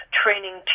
training